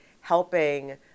helping